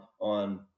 on